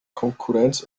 konkurrenz